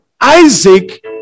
Isaac